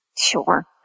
Sure